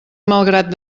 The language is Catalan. malgrat